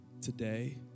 today